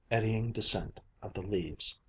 eddying descent of the leaves.